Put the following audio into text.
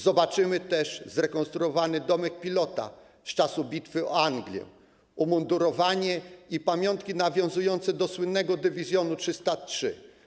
Zobaczymy też zrekonstruowany domek pilota z czasu bitwy o Anglię, umundurowanie i pamiątki nawiązujące do słynnego dywizjonu 303.